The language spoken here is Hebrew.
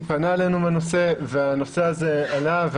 פנה אלינו בנושא והנושא הזה עלה.